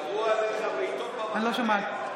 ירו עליך בעיתון במחנה,